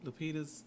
Lupita's